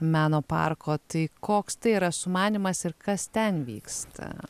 meno parko tai koks tai yra sumanymas ir kas ten vyksta